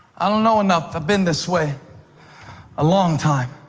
i don't know enough. i've been this way a long time.